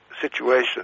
situation